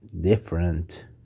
different